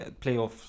playoffs